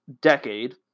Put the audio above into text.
decade